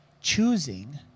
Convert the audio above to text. choosing